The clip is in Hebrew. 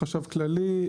חשב כללי,